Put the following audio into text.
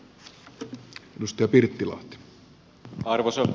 arvoisa puhemies